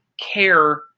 care